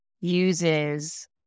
uses